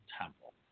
temple